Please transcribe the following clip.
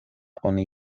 oni